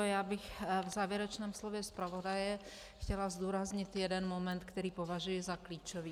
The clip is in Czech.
Já bych v závěrečném slově zpravodaje chtěla zdůraznit jeden moment, který považuji za klíčový.